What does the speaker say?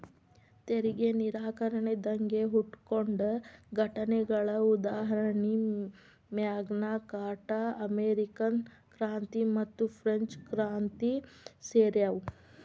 ತೆರಿಗೆ ನಿರಾಕರಣೆ ದಂಗೆ ಹುಟ್ಕೊಂಡ ಘಟನೆಗಳ ಉದಾಹರಣಿ ಮ್ಯಾಗ್ನಾ ಕಾರ್ಟಾ ಅಮೇರಿಕನ್ ಕ್ರಾಂತಿ ಮತ್ತುಫ್ರೆಂಚ್ ಕ್ರಾಂತಿ ಸೇರ್ಯಾವ